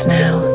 now